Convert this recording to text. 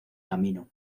camino